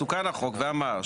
תוקן החוק ואמר,